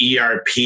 ERP